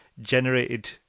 generated